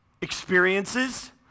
experiences